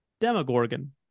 Demogorgon